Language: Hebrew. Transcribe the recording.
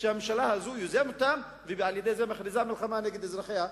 שהממשלה הזאת יוזמת אותם ועל-ידי זה מכריזה מלחמה נגד אזרחיה.